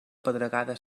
pedregada